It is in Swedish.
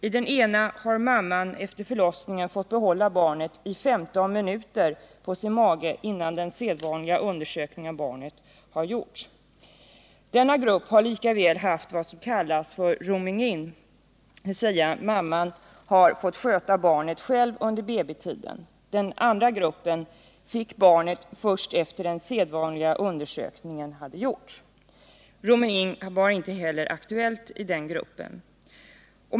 I den ena har varje mamma efter förlossningen fått behålla barnet i 15 minuter på sin mage innan den sedvanliga undersökningen av barnet har gjorts. Gruppen har också haft vad som kallas rooming-in, dvs. mammorna har fått sköta barnen själva under BB-tiden. I den andra gruppen fick mammorna hålla i sina barn först efter det att den sedvanliga undersökningen gjorts. Roomingin var inte aktuell i den gruppen.